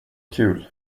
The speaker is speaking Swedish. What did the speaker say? kul